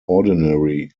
ordinary